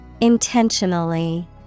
Intentionally